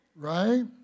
Right